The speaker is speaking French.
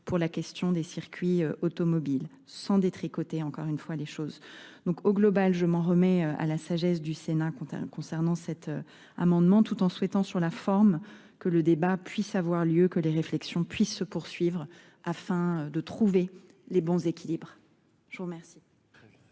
pour la question des circuits automobiles, sans détricoter, encore une fois, les choses. Au global, je m'en remets à la sagesse du Sénat concernant cet amendement tout en souhaitant sur la forme que le débat puisse avoir lieu, que les réflexions puissent se poursuivre afin de trouver les bons équilibres. Oui, merci.